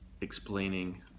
explaining